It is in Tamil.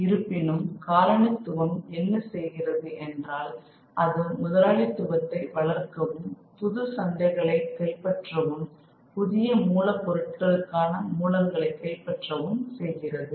இருப்பினும் காலனித்துவம் என்ன செய்கிறது என்றால் அது முதலாளித்துவத்தை வளர்க்கவும் புது சந்தைகளை கைப்பற்றவும் புதிய மூலப் பொருட்களுக்கான மூலங்களை கைப்பற்றவும் செய்கிறது